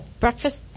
breakfast